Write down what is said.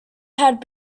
had